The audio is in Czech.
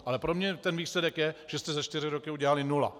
Ale pro mě ten výsledek je, že jste za čtyři roky udělali nula.